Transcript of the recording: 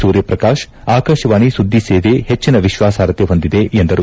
ಸೂರ್ಯಪ್ರಕಾಶ್ ಆಕಾಶವಾಣಿ ಸುದ್ದಿ ಸೇವೆ ಹೆಚ್ಚನ ವಿಶ್ವಾಸಾರ್ಹತೆ ಹೊಂದಿದೆ ಎಂದರು